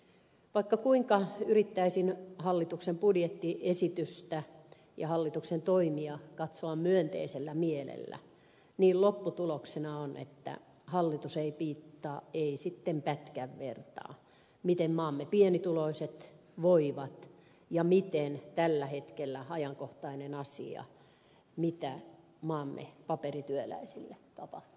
vaikka kuinka yrittäisin hallituksen budjettiesitystä ja hallituksen toimia katsoa myönteisellä mielellä niin lopputuloksena on että hallitus ei piittaa ei sitten pätkän vertaa miten maamme pienituloiset voivat ja tällä hetkellä ajankohtainen asia mitä maamme paperityöläisille tapahtuu